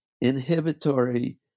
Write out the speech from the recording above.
inhibitory